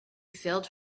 filled